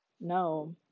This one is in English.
no